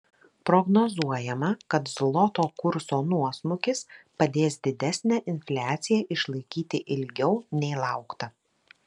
prognozuojama kad zloto kurso nuosmukis padės didesnę infliaciją išlaikyti ilgiau nei laukta